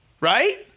right